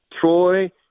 Troy